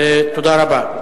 תודה רבה.